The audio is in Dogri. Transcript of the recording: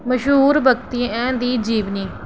मश्हूर व्यक्तिएं दी जीवनी